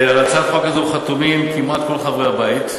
על הצעת החוק הזו חתומים כמעט כל חברי הבית,